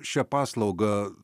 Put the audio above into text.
šia paslauga